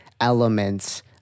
elements